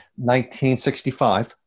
1965